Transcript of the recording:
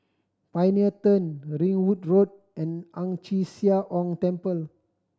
Pioneer Turn Ringwood Road and Ang Chee Sia Ong Temple